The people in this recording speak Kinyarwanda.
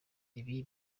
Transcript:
ibi